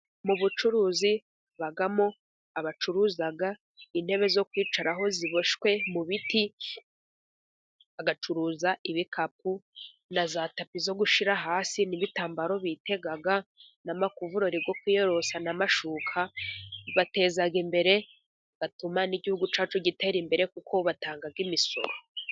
Mu bucuruzi habamo abacuruza intebe zo kwicaraho ziboshwe mu biti, bagacuruza ibikapu na za tapi zo gushyira hasi, n'ibitambaro bitega, n'amakuvureri yo kwiyorosa, n'amashuka. Bibateza imbere bigatuma n'Igihugu cyacu gitera imbere kuko batanga imisoro.